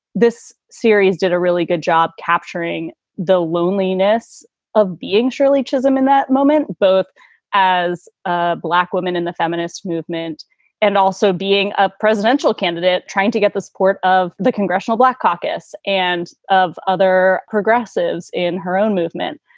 this series did a really good job capturing the loneliness of being shirley chisholm in that moment, both as a black woman in the feminist movement and also being a presidential candidate, trying to get the support of the congressional black caucus and of other progressives in her own movement.